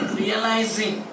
realizing